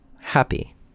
happy